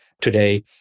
today